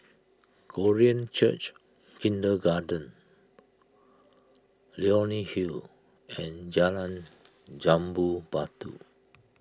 Korean Church Kindergarten Leonie Hill and Jalan Jambu Batu